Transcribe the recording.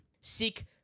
Seek